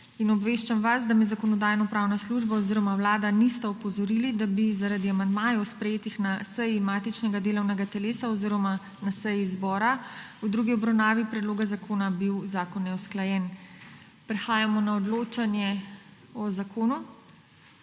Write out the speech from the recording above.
Obveščam vas, da me Zakonodajno-pravna služba oziroma Vlada nista opozorili, da bi zaradi amandmajev, sprejetih na seji matičnega delovnega telesa oziroma na seji zbora v drugi obravnavi predloga zakona, bil zakon neusklajen. Prehajamo na odločanje o zakonu.